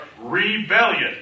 rebellion